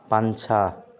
पंछा